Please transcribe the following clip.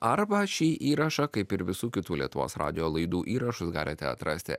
arba šį įrašą kaip ir visų kitų lietuvos radijo laidų įrašus galite atrasti